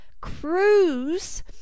Cruise